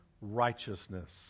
righteousness